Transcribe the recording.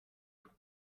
trug